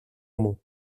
μου